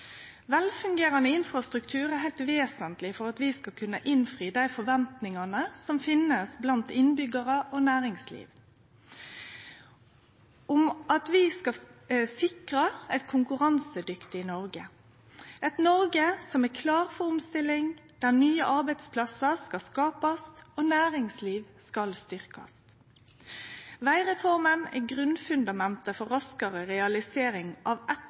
Velfungerande infrastruktur er heilt vesentleg for at vi skal kunne innfri dei forventingane som finst blant innbyggjarane og i næringslivet om at vi skal sikre eit konkurransedyktig Noreg – eit Noreg som er klar for omstilling, der nye arbeidsplassar skal skapast og næringslivet skal styrkjast. Vegreforma er grunnfundamentet for raskare realisering av